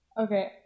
Okay